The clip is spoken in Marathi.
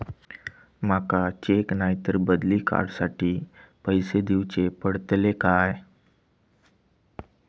माका चेक नाय तर बदली कार्ड साठी पैसे दीवचे पडतले काय?